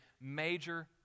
major